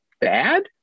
bad